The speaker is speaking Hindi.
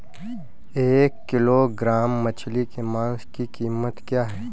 एक किलोग्राम मछली के मांस की कीमत क्या है?